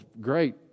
great